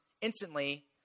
instantly